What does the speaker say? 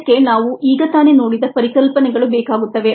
ಇದಕ್ಕೆ ನಾವು ಈಗ ತಾನೆ ನೋಡಿದ ಪರಿಕಲ್ಪನೆಗಳು ಬೇಕಾಗುತ್ತವೆ